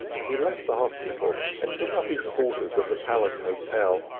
he left the hospital and took up his quarters at the palace hotel,